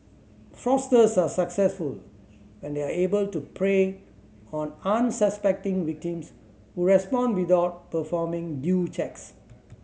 fraudsters are successful when they are able to prey on unsuspecting victims who respond without performing due checks